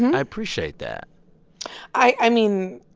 i appreciate that i mean,